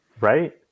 Right